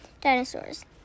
dinosaurs